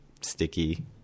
sticky